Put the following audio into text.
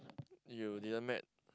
you didn't met